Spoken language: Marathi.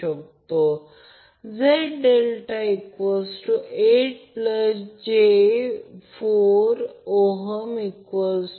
म्हणून IAB हा फेज करंट VabZ ∆ इतका आहे म्हणून ही सर्व मूल्य भरल्यास 19